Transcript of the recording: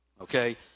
okay